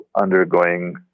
undergoing